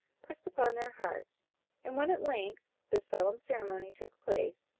pressed upon their hearts and when at length the solemn ceremony took place,